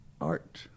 art